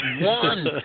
one